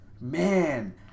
Man